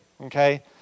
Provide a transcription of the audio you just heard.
okay